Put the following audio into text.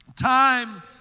Time